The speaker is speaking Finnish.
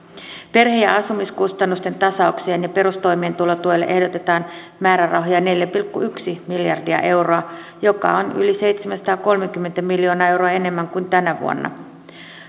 perhe ja asumiskustannusten tasaukseen ja perustoimeentulotuelle ehdotetaan määrärahoja neljä pilkku yksi miljardia euroa mikä on yli seitsemänsataakolmekymmentä miljoonaa euroa enemmän kuin tänä vuonna